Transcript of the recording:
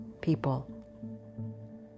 people